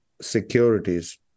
securities